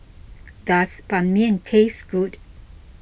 does Ban Mian taste good